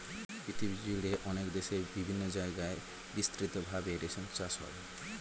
পৃথিবীজুড়ে অনেক দেশে বিভিন্ন জায়গায় বিস্তৃত ভাবে রেশম চাষ হয়